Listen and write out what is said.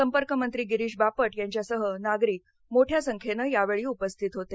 संपर्क मंत्री गिरीश बाप यांच्यासह नागरिक मोठ्या संख्येनं यावेळी उपस्थित होते